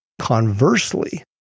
conversely